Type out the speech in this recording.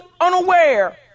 unaware